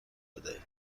بدهید